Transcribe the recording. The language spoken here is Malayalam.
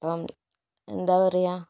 അപ്പോൾ എന്താ പറയുക